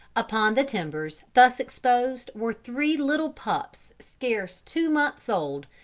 upon the timbers thus exposed were three little pups scarce two months old,